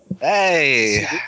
Hey